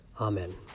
Amen